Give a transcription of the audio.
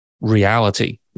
reality